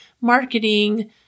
marketing